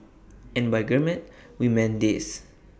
and by gourmet we mean this